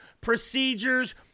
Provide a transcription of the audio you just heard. procedures